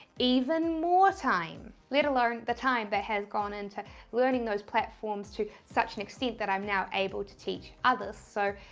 even more time. let alone the time that but has gone into learning those platforms to such an extent that i'm now able to teach others. so,